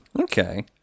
Okay